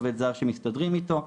עובד זר שמסתדרים אתו.